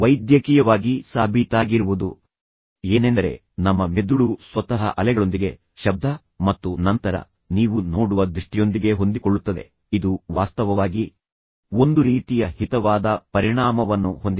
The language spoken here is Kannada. ವೈದ್ಯಕೀಯವಾಗಿ ಸಾಬೀತಾಗಿರುವುದು ಏನೆಂದರೆ ನಮ್ಮ ಮೆದುಳು ಸ್ವತಃ ಅಲೆಗಳೊಂದಿಗೆ ಶಬ್ದ ಮತ್ತು ನಂತರ ನೀವು ನೋಡುವ ದೃಷ್ಟಿಯೊಂದಿಗೆ ಹೊಂದಿಕೊಳ್ಳುತ್ತದೆ ಇದು ವಾಸ್ತವವಾಗಿ ಒಂದು ರೀತಿಯ ಹಿತವಾದ ಪರಿಣಾಮವನ್ನು ಹೊಂದಿದೆ